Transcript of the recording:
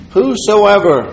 Whosoever